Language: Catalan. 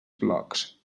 blogs